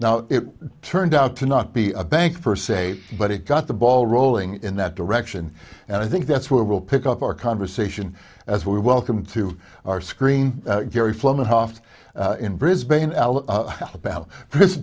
now it turned out to not be a bank per se but it got the ball rolling in that direction and i think that's where we'll pick up our conversation as we welcome to our screen gary flintoff in brisbane how about this